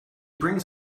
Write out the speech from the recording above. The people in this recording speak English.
brings